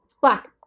Black